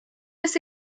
this